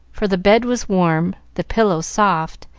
for the bed was warm, the pillow soft,